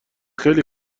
خیلی